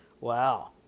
Wow